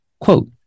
quote